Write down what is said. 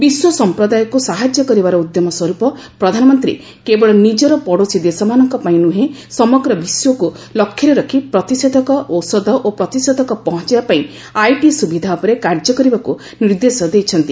ବିଶ୍ୱ ସମ୍ପ୍ରଦାୟକୁ ସାହାଯ୍ୟ କରିବାର ଉଦ୍ୟମ ସ୍ୱରୂପ ପ୍ରଧାନମନ୍ତ୍ରୀ କେବଳ ନିଜର ପଡ଼ୋଶୀ ଦେଶମାନଙ୍କ ପାଇଁ ନୁହେଁ ସମଗ୍ର ବିଶ୍ୱକୁ ଲକ୍ଷ୍ୟରେ ରଖି ପ୍ରତିଷେଧକ ଔଷଧ ଓ ପ୍ରତିଷେଧକ ପହଞ୍ଚାଇବା ପାଇଁ ଆଇଟି ସୁବିଧା ଉପରେ କାର୍ଯ୍ୟ କରିବାକୁ ନିର୍ଦ୍ଦେଶ ଦେଇଛନ୍ତି